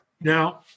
Now